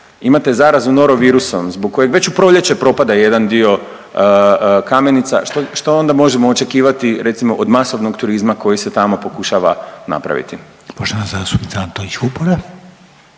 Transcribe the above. imate zarazu Norovirusom zbog kojeg već u proljeće propada jedan dio kamenica, što ona možemo očekivati recimo od masovnog turizma koji se tamo pokušava napraviti. **Reiner, Željko (HDZ)**